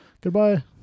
goodbye